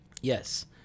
Yes